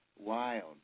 wild